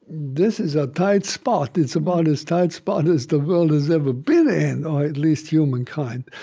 this is a tight spot. it's about as tight spot as the world has ever been in, at least humankind.